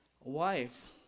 wife